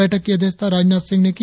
बैठक की अध्यक्षता राजनाथ सिंह ने की